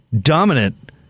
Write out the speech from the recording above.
dominant